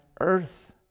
earth